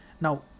Now